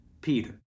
Peter